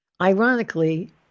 Ironically